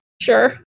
Sure